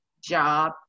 job